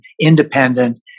independent